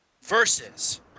versus